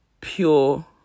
pure